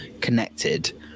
connected